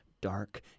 dark